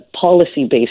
policy-based